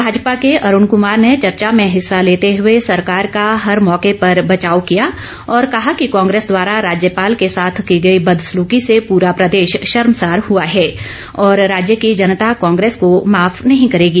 भाजपा के अरूण कुमार ने चर्चा में हिस्सा लेते हुए सरकार का हर मौके पर बचाव किया और कहा कि कांग्रेस द्वारा राज्यपाल के साथ की गई बदसलुकी से पूरा प्रदेश शर्मसार हुआ हौ और राज्य की जनता कांग्रेस को माफ नहीं करेगी